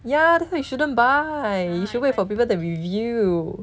ya that's why you shouldn't buy you should wait for people to review